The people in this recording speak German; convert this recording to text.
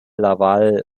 laval